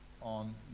on